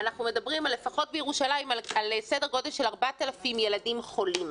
ואנחנו מדברים לפחות בירושלים על סדר גודל של 4,000 ילדים חולים.